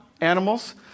animals